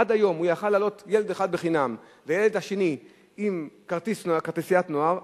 עד היום הוא יכול היה להעלות ילד אחד בחינם והילד השני בכרטיסיית נוער.